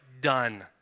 done